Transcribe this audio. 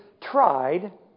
tried